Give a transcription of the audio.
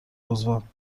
عضوم